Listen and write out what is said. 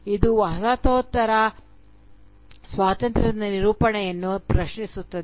ಇದು ವಸಾಹತೋತ್ತರ ಸ್ವಾತಂತ್ರ್ಯದ ನಿರೂಪಣೆಯನ್ನು ಪ್ರಶ್ನಿಸುತ್ತದೆ